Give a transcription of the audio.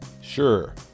Sure